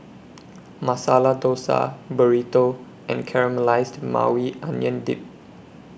Masala Dosa Burrito and Caramelized Maui Onion Dip